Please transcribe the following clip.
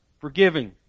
forgiving